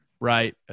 right